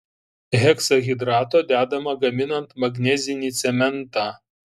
heksahidrato dedama gaminant magnezinį cementą